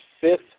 fifth